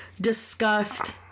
discussed